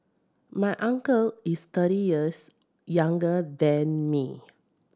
my uncle is thirty years younger than me